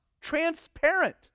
transparent